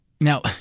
Now